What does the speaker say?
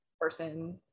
Person